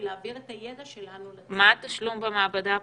ולהעביר את הידע שלנו --- מה התשלום במעבדה הפרטית?